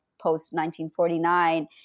post-1949